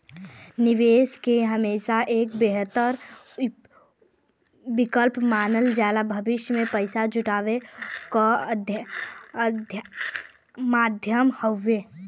निवेश के हमेशा एक बेहतर विकल्प मानल जाला भविष्य में पैसा जुटावे क माध्यम हउवे